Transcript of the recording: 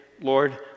Lord